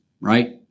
right